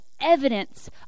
evidence